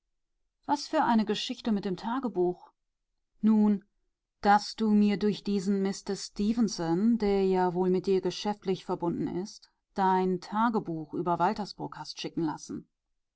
was für eine geschichte mit dem tagebuch nun daß du mir durch diesen mister stefenson der ja wohl mit dir geschäftlich verbunden ist dein tagebuch über waltersburg hast schicken lassen